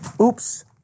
Oops